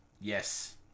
yes